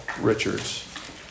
Richard's